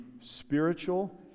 spiritual